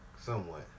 somewhat